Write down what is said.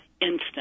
instant